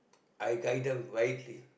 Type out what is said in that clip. I guide them wisely